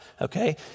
okay